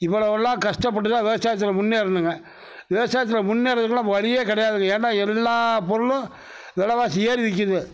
இவ்வளவெல்லாம் கஷ்ட்டபட்டுதான் விவசாயத்தில் முன்னேறணுங்க விவசாயத்தில் முன்னேறதுக்கலாம் வழி கடையாதுங்க ஏன்னா எல்லா பொருளும் வெலைவாசி ஏறி நிக்குது